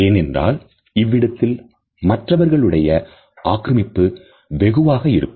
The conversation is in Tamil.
ஏனென்றால் இவ்விடத்தில் மற்றவர்களுடைய ஆக்கிரமிப்பு வெகுவாக இருக்கும்